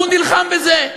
הוא נלחם בזה?